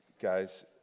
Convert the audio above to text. guys